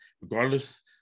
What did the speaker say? Regardless